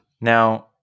Now –